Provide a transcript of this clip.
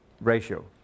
ratio